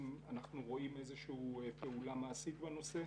אנחנו רואים איזושהי פעולה מעשית בנושא.